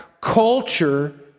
culture